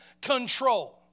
control